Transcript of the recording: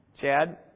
Chad